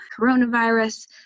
coronavirus